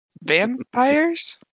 vampires